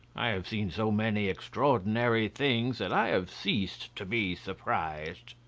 i have seen so many extraordinary things that i have ceased to be surprised.